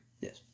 Yes